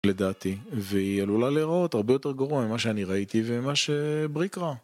לדעתי, והיא עלולה להראות הרבה יותר גרוע ממה שאני ראיתי וממה שבריק ראה